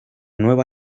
nueva